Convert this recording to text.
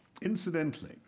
Incidentally